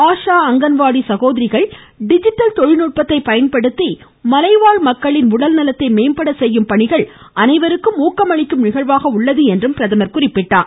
ஆஷா அங்கன்வாடி சகோதரிகள் டிஜிட்டல் தொழில்நுட்பத்தை பயன்படுத்தி மலைவாழ் மக்களின் உடல் நலத்தை மேம்பட செய்யும் பணிகள் அனைவருக்கும் ஊக்கமளிக்கும் நிகழ்வாக உள்ளது என்று பிரதமர் எடுத்துரைத்தார்